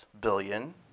billion